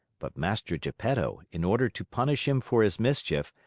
but mastro geppetto, in order to punish him for his mischief,